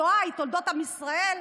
בתולדות עם ישראל.